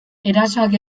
erasoak